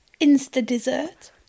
Insta-dessert